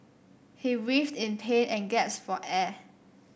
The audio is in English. he writhed in pain and gasped for air